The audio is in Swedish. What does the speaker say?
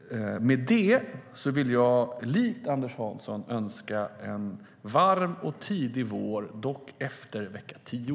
Med detta vill jag likt Anders Hansson önska en varm och tidig vår, dock efter vecka 10.